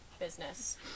business